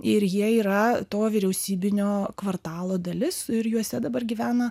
ir jie yra to vyriausybinio kvartalo dalis ir juose dabar gyvena